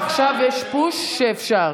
עכשיו יש פוש שאפשר.